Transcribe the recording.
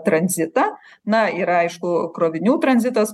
tranzitą na ir aišku krovinių tranzitas